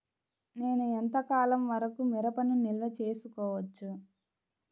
నేను ఎంత కాలం వరకు మిరపను నిల్వ చేసుకోవచ్చు?